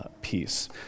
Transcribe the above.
peace